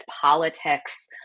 politics